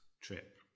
trip